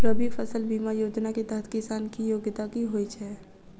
रबी फसल बीमा योजना केँ तहत किसान की योग्यता की होइ छै?